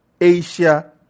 Asia